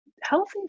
healthy